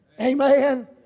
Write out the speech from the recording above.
Amen